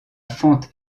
font